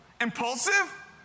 Impulsive